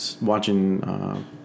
watching